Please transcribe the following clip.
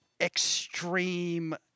extreme